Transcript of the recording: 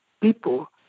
people